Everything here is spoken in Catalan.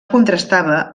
contrastava